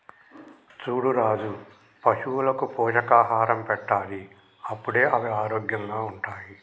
చూడు రాజు పశువులకు పోషకాహారం పెట్టాలి అప్పుడే అవి ఆరోగ్యంగా ఉంటాయి